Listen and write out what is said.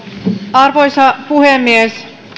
arvoisa puhemies